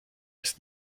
ist